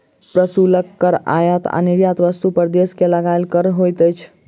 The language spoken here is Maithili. प्रशुल्क कर आयात आ निर्यात वस्तु पर देश के लगायल कर होइत अछि